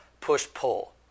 push-pull